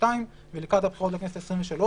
העשרים-ושתיים ולקראת הבחירות לכנסת העשרים-ושלוש,